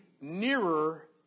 nearer